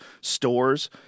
stores